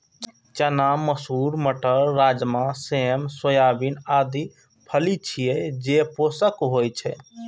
चना, मसूर, मटर, राजमा, सेम, सोयाबीन आदि फली छियै, जे पोषक होइ छै